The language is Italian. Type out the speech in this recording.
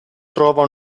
trova